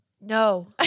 No